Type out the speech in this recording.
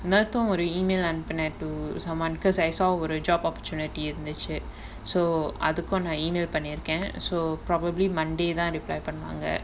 நேத்து ஒரு:nethu oru email அனுப்பின:anuppina to someone because I saw where a job opportunity இருந்துச்சு:irunthuchu so அதுக்கு நா:athukku naa email பண்ணிருக்கேன்:pannirukkaen so probably monday தான்:thaan reply பண்ணுவாங்க:pannuvaanga